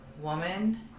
woman